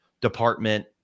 department